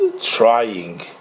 trying